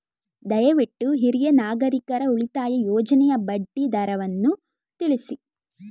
ದಯವಿಟ್ಟು ಹಿರಿಯ ನಾಗರಿಕರ ಉಳಿತಾಯ ಯೋಜನೆಯ ಬಡ್ಡಿ ದರವನ್ನು ತಿಳಿಸಿ